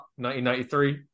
1993